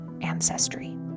ancestry